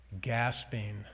gasping